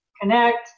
connect